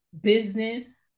business